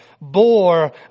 bore